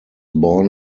born